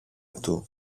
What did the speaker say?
του